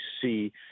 see